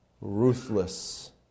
ruthless